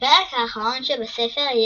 בפרק האחרון שבספר,